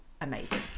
amazing